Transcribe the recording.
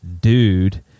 dude